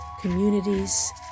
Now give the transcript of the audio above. communities